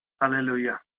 Hallelujah